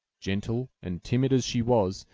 gentle and timid as she was,